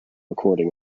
recording